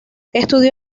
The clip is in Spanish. estudió